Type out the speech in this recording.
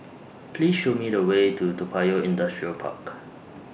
Please Show Me The Way to Toa Payoh Industrial Park